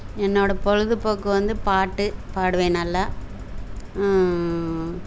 என்னோடய பொழுதுபோக்கு வந்து பாட்டுப் பாடுவேன் நல்லா